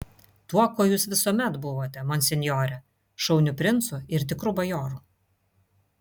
tuo kuo jūs visuomet buvote monsinjore šauniu princu ir tikru bajoru